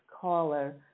caller